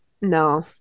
No